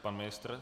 Pan ministr?